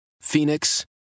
Phoenix